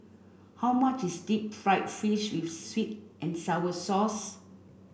how much is Deep Fried Fish with Sweet and Sour Sauce